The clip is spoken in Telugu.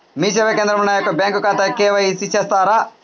మీ సేవా కేంద్రంలో నా యొక్క బ్యాంకు ఖాతాకి కే.వై.సి చేస్తారా?